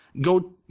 go